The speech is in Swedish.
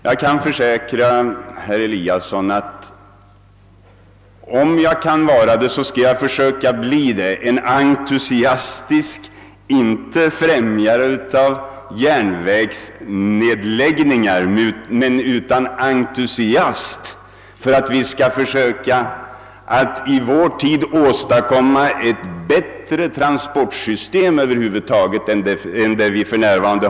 Jag kan emellertid försäkra herr Eliasson, att om jag kan, så skall jag försöka bli en entusiastisk, inte främjare av järnvägsnedläggningar, utan en entusiast som vill försöka att i vår tid åstadkomma ett bättre transportsystem över huvud taget än det vi har för närvarande.